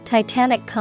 Titanic